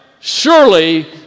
Surely